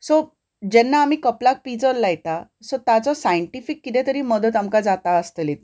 so जेन्ना आमी कपलाक पिंजर लायता सो ताचो सायनटिफीक कितें तरी मदत आमकां जाता आसतली